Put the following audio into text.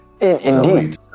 Indeed